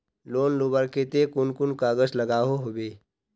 Loan लुबार केते कुन कुन कागज लागोहो होबे?